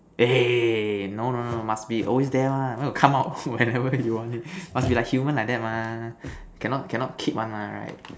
eh no no no must be always there one where got come out whenever you want must be like human like that mah cannot cannot keep one mah right